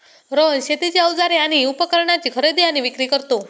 रोहन शेतीची अवजारे आणि उपकरणाची खरेदी आणि विक्री करतो